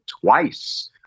twice